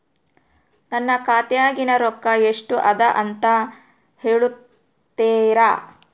ನನ್ನ ಖಾತೆಯಾಗಿನ ರೊಕ್ಕ ಎಷ್ಟು ಅದಾ ಅಂತಾ ಹೇಳುತ್ತೇರಾ?